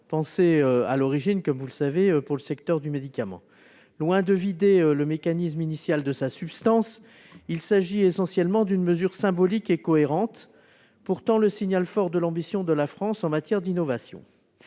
pensé à l'origine pour le secteur du médicament. Loin de vider le mécanisme initial de sa substance, il s'agit essentiellement d'une mesure symbolique et cohérente, portant le signal fort de l'ambition de la France en matière d'innovation.